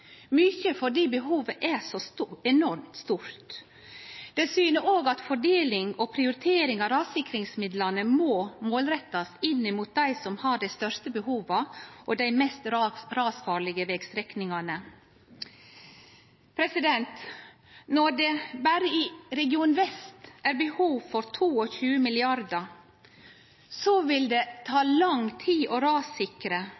fordi behovet er så enormt stort. Det syner òg at fordeling og prioritering av rassikringsmidlane må målrettast inn mot dei som har dei største behova og dei mest rasfarlege vegstrekningane. Når det berre i Region vest er behov for 22 mrd. kr, vil det ta